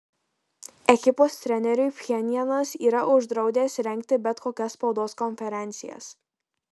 ekipos treneriui pchenjanas yra uždraudęs rengti bet kokias spaudos konferencijas